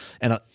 and-